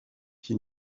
qui